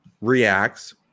reacts –